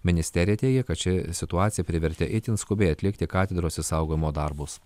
ministerija teigia kad ši situacija privertė itin skubiai atlikti katedros išsaugojimo darbus